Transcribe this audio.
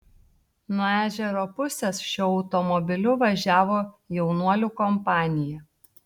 nuo ežero pusės šiuo automobiliu važiavo jaunuolių kompanija